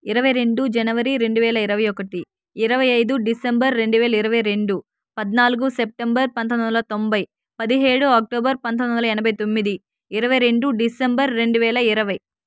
ఇరవై రెండు జనవరి రెండువేల ఇరవై ఒకటి ఇరవై ఐదు డిసెంబర్ రెండువేల ఇరవై రెండు పద్నాలుగు సెప్టెంబర్ పంతొమ్మిది వందల తొంభై పదిహేడు అక్టోబర్ పంతొమ్మిది వందల యనభై తొమ్మిది ఇరవై రెండు డిసెంబర్ రెండువేల ఇరవై